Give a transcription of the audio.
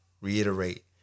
reiterate